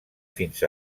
fins